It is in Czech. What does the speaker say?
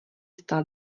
stál